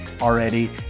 already